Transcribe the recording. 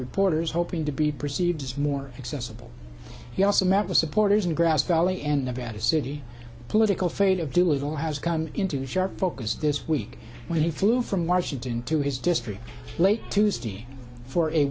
reporters hoping to be perceived as more accessible he also met with supporters in grass valley and nevada city political fate of doolittle has come into sharp focus this week when he flew from washington to his district late tuesday for a